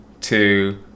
two